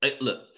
look